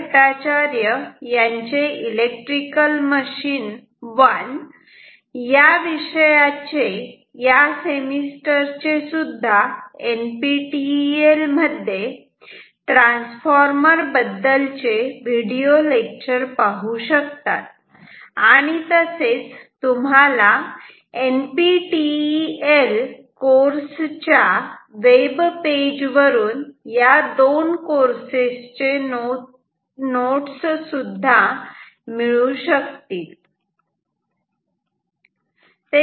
भट्टाचार्य यांचे electrical machine 1 या विषयाचे या सेमिस्टर चे सुद्धा एनपीटीईएल मध्ये ट्रान्सफॉर्मर बद्दलचे व्हिडिओ लेक्चर पाहू शकतात आणि तसेच तुम्हाला एनपीटीईएल कोर्स च्या वेबपेज वरून या 2 कोर्सेस चे नोट्स सुद्धा मिळू शकतील